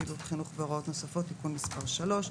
פעילות חינוך והוראות נוספות) (תיקון מס' 3)